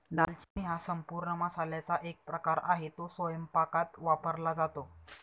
दालचिनी हा संपूर्ण मसाल्याचा एक प्रकार आहे, तो स्वयंपाकात वापरला जातो